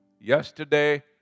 yesterday